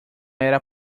era